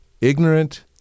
ignorant